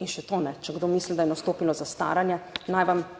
In še to, če kdo misli, da je nastopilo zastaranje, naj vam